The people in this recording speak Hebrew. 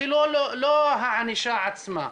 אפילו לא הענישה עצמה.